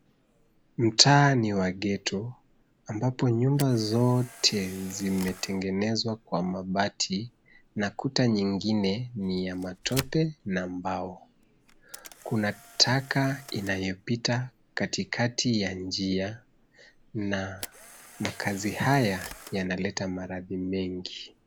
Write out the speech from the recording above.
Mtaa ni wa ghetto ambapo nyumba zote zimetegenezwa kwa mabati na kuta nyingine ni ya matope na mbao. Kuna taka inayopita katikati ya njia na makazi haya yanaleta maradhi mengi.